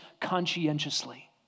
conscientiously